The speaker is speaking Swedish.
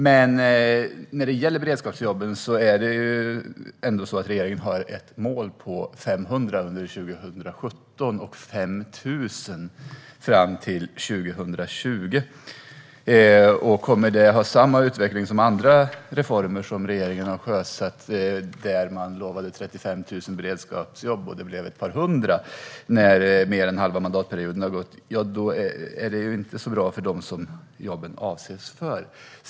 Men för beredskapsjobben har regeringen ett mål på 500 under 2017 och 5 000 fram till 2020. Om de jobben kommer att få samma utveckling som andra reformer som regeringen har sjösatt, till exempel 35 000 utlovade beredskapsjobb som blev ett par hundra när mer än halva mandatperioden har passerat, är det inte så bra för dem som jobben avser.